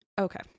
Okay